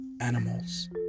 animals